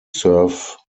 serve